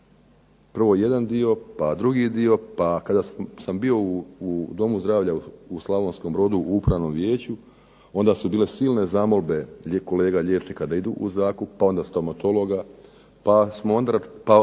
prvo jedan dio, pa drugi dio, pa kada sam bio u domu zdravlja u Slavonskom Brodu u upravnom vijeću onda su bile silne zamolbe kolega liječnika da idu u zakup, pa onda stomatologa, pa smo onda,